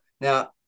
now